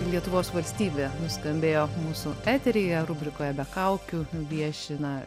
lietuvos valstybė nuskambėjo mūsų eteryje rubrikoje be kaukių vieši na